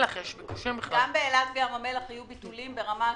גם באילת ובים המלח היו ביטולים בין 35%-40%.